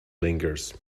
lingers